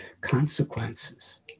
consequences